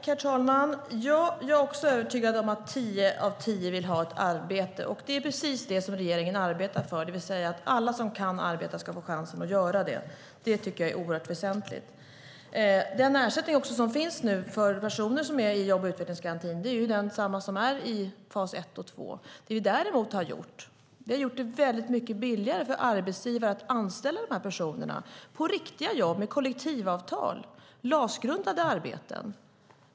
Herr talman! Jag är också övertygad om att tio av tio vill ha ett arbete, och det är precis det regeringen arbetar för: Alla som kan arbeta ska få chansen att göra det. Det tycker jag är oerhört väsentligt. Den ersättning som nu finns för personer som är i jobb och utvecklingsgarantin är densamma som i fas 1 och 2. Vi har däremot gjort det väldigt mycket billigare för arbetsgivare att anställa dessa personer till riktiga jobb med kollektivavtal - LAS-grundande arbeten.